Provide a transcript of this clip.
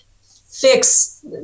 fix